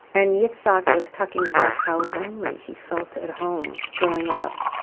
and yitzhak was talking about how lonely he felt at home, growing up.